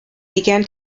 began